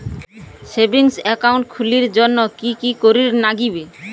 Savings account খুলির জন্যে কি কি করির নাগিবে?